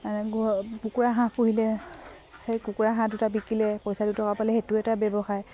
কুকুৰা হাঁহ পুহিলে সেই কুকুৰা হাঁহ দুটা বিকিলে পইচা কিটকা পালে সেইটো এটা ব্যৱসায়